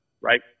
right